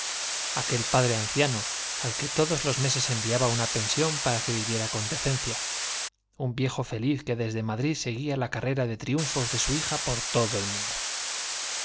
aquel padre anciano al que todos los meses enviaba una pensión para que viviera con decencia un viejo feliz que desde madrid seguía la carrera de triunfos de su hija por todo el mundo